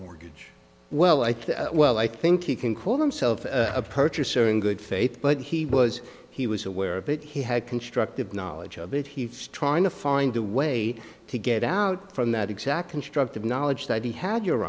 mortgage well i thought well i think you can call themselves a purchaser in good faith but he was he was aware of it he had constructive knowledge of it he's trying to find a way to get out from that exact constructive knowledge that he had your